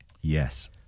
yes